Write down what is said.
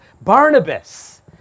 Barnabas